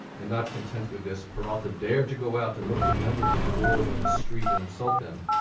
and not content with this, peralta dared to go out and look for members of the board on the street and insult them,